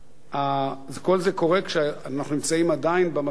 כל זה קורה כשאנחנו נמצאים עדיין במצב